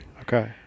Okay